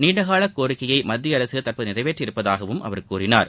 நீண்ட கால கோரிக்கையை மத்திய அரசு தற்போது நிறைவேற்றி இருப்பதாகவும் அவர் கூறினார்